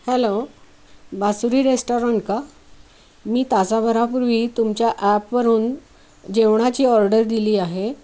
hello Bansuri restaurant का मी तासाभरापूर्वी तुमच्या ॲपवरून जेवणाची ऑर्डर दिली आहे